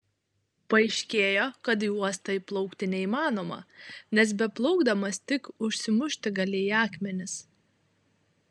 paaiškėjo kad į uostą įplaukti neįmanoma nes beplaukdamas tik užsimušti gali į akmenis